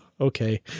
okay